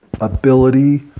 ability